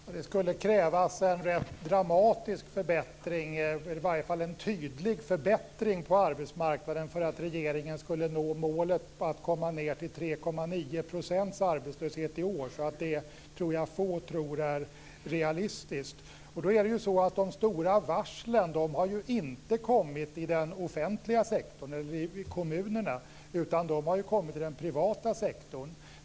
Fru talman! Det skulle krävas en rätt dramatisk förbättring, i varje fall en tydlig förbättring, på arbetsmarknaden för att vara möjligt för regeringen att nå målet att komma ned till 3,9 % arbetslöshet i år. Det är nog få som tror att det är realistiskt. De stora varslen har inte kommit inom den offentliga sektorn, i kommunerna, utan de har ju kommit inom den privata sektorn.